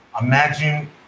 Imagine